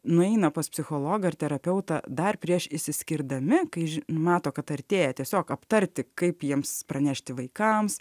nueina pas psichologą ar terapeutą dar prieš išsiskirdami kai mato kad artėja tiesiog aptarti kaip jiems pranešti vaikams